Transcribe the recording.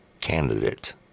candidate